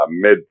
mid